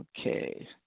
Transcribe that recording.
Okay